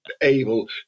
able